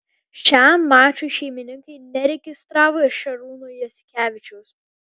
šiam mačui šeimininkai neregistravo šarūno jasikevičiaus